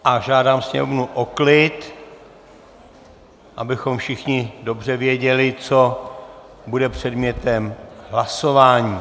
A žádám sněmovnu o klid, abychom všichni dobře věděli, co bude předmětem hlasování.